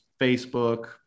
Facebook